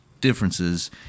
differences